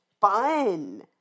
fun